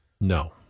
No